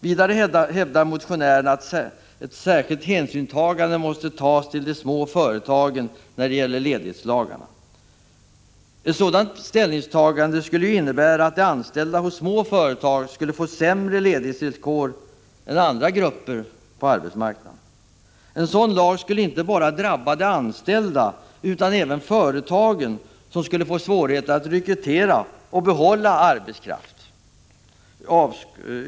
Vidare hävdar motionärerna att särskild hänsyn måste tas till de små företagen när det gäller ledighetslagarna. Ett sådant ställningstagande skulle ju innebära att anställda hos små företag skulle få sämre ledighetsvillkor än Övriga grupper på arbetsmarknaden. En sådan lag skulle inte bara drabba de anställda utan även företagen, som skulle få svårigheter att rekrytera och behålla arbetskraft.